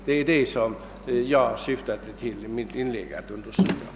Det är det jag syftade till att understryka i mitt inlägg.